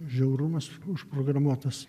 žiaurumas užprogramuotas